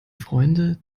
freunde